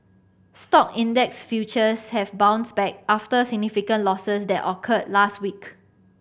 stock index futures have bounced back after significant losses that occurred last week